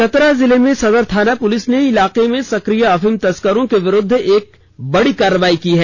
चतरा जिले में सदर थाना पुलिस ने इलाके में सक्रिय अफीम तस्करों के विरुद्ध आज एक बड़ी कार्रवाई की है